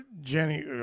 Jenny